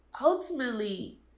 ultimately